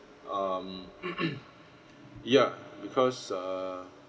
um ya because err